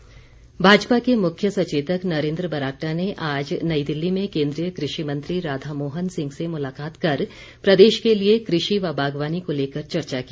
बरागटा भाजपा के मुख्य सचेतक नरेन्द्र बरागटा ने आज नई दिल्ली में केन्द्रीय कृषि मंत्री राधा मोहन सिंह से मुलाकात कर प्रदेश के लिए कृषि व बागवानी को लेकर चर्चा की